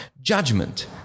judgment